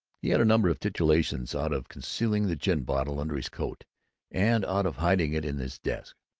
he had a number of titillations out of concealing the gin-bottle under his coat and out of hiding it in his desk.